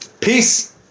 Peace